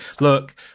look